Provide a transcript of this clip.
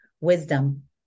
wisdom